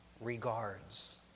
Regards